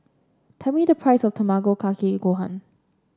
tell me the price of Tamago Kake Gohan